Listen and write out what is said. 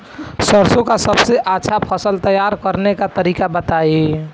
सरसों का सबसे अच्छा फसल तैयार करने का तरीका बताई